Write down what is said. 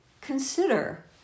Consider